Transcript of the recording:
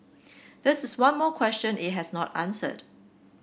this is one more question it has not answered